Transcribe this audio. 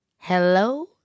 Hello